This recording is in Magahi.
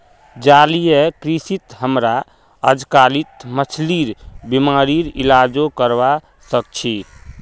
जलीय कृषित हमरा अजकालित मछलिर बीमारिर इलाजो करवा सख छि